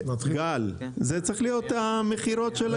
גל, זה צריך להיות המכירות שלהם.